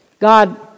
God